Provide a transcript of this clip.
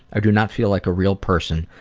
i do not feel like a real person.